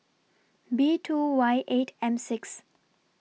B two Y eight M six